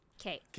Okay